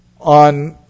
on